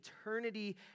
eternity